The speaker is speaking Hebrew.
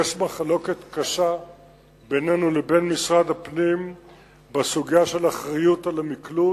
יש מחלוקת קשה בינינו לבין משרד הפנים בסוגיית האחריות למקלוט.